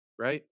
right